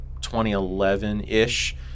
2011-ish